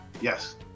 Yes